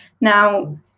now